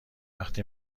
وقتی